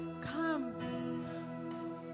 Come